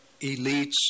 elites